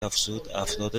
افزودافراد